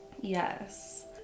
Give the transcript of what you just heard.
yes